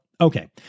okay